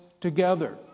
together